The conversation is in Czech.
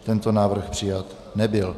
Tento návrh přijat nebyl.